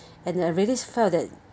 and I really felt that